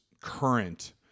current